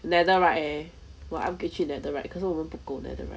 netherite 我 upgrade 去 netherite 可是我们不够 netherite